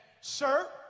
sir